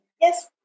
Yes